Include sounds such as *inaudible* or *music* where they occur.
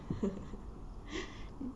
*laughs*